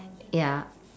ya